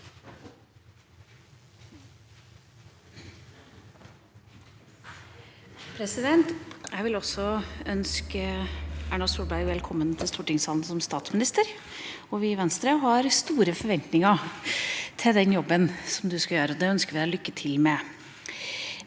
Erna Solberg velkommen til stortingssalen som statsminister. Vi i Venstre har store forventninger til den jobben som hun skal gjøre. Det ønsker vi henne lykke til med.